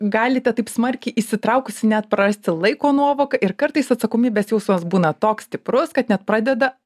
galite taip smarkiai įsitraukusi net prarasti laiko nuovoką ir kartais atsakomybės jausmas būna toks stiprus kad net pradeda